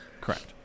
Correct